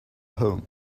home